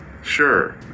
Sure